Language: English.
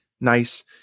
nice